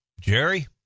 Jerry